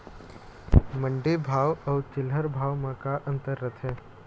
मंडी भाव अउ चिल्हर भाव म का अंतर रथे?